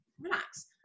Relax